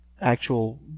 Actual